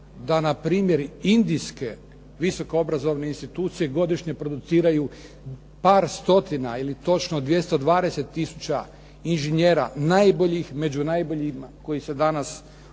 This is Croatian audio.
da npr. indijske visoko obrazovne institucije godišnje produciraju par stotina ili točno 220 tisuća inžinjera najboljih među najboljima koji se danas osiguravaju